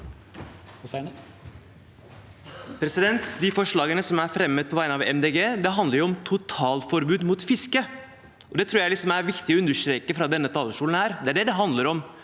De forslagene som er fremmet på vegne av Miljøpartiet De Grønne, handler om totalforbud mot fiske. Det tror jeg er viktig å understreke fra denne talerstolen. Det er det det handler om,